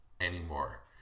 anymore